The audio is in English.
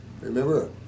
Remember